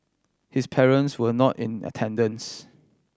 his parents were not in attendance